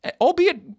albeit